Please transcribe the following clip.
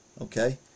okay